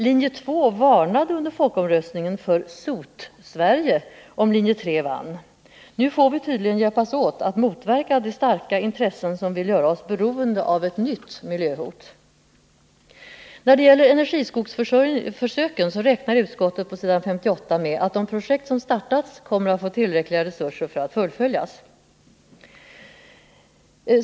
Linje 2 varnade vid folkomröstningen för Sot-Sverige om linje 3 vann. Nu får vi tydligen hjälpas åt att motverka de starka intressen som vill göra oss beroende av ett nytt miljöhot. När det gäller energiskogsförsöken räknar utskottet på s. 58 med att de projekt som startats kommer att få tillräckliga resurser för att kunna fullföljas.